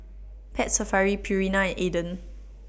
Pet Safari Purina and Aden